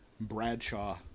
Bradshaw